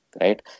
right